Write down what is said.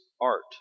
art